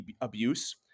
abuse